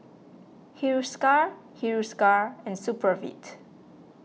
Hiruscar Hiruscar and Supravit